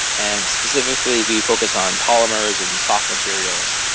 and specifically we focus on polymers and soft materials.